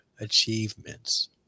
achievements